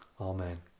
Amen